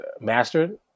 mastered